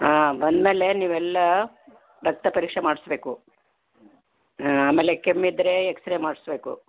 ಹಾಂ ಬಂದಮೇಲೆ ನೀವೆಲ್ಲ ರಕ್ತ ಪರೀಕ್ಷೆ ಮಾಡಿಸ್ಬೇಕು ಆಮೇಲೆ ಕೆಮ್ಮು ಇದ್ದರೆ ಎಕ್ಸ್ರೇ ಮಾಡಿಸ್ಬೇಕು